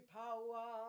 power